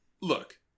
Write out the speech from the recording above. Look